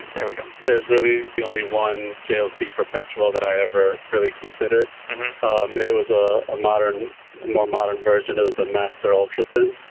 there we go there's really the only one jlc perpetual that i ever really considered um it was a ah modern more modern version it was the master ultra-thin